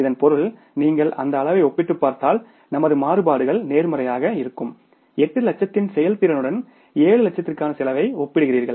இதன் பொருள் நீங்கள் அந்த அளவை ஒப்பிட்டுப் பார்த்தால் நமது மாறுபாடுகள் நேர்மறையாக இருக்கும் 8 லட்சத்தின் செயல்திறனுடன் 7 லட்சத்திற்கான செலவை ஒப்பிடுகிறீர்கள்